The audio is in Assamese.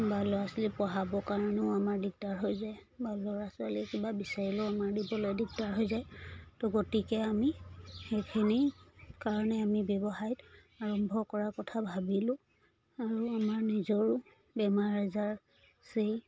বা ল'ৰা ছোৱালী পঢ়াবৰ কাৰণেও আমাৰ দিগদাৰ হৈ যায় বা ল'ৰা ছোৱালীয়ে কিবা বিচাৰিলও আমাৰ দিবলৈ দিগদাৰ হৈ যায় ত' গতিকে আমি সেইখিনি কাৰণে আমি ব্যৱসায়ত আৰম্ভ কৰাৰ কথা ভাবিলো আৰু আমাৰ নিজৰো বেমাৰ আজাৰ আছেই